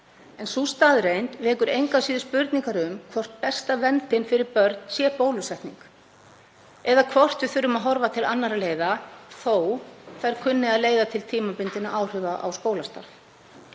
En sú staðreynd vekur engu að síður spurningar um hvort besta verndin fyrir börn sé bólusetning eða hvort við þurfum að horfa til annarra leiða þó að þær kunni að leiða til tímabundinna áhrifa á skólastarf.